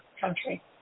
country